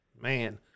Man